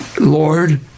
Lord